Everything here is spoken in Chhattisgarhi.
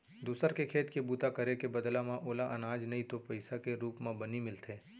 दूसर के खेत के बूता करे के बदला म ओला अनाज नइ तो पइसा के रूप म बनी मिलथे